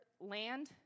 land